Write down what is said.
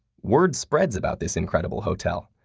word spreads about this incredible hotel.